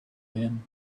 him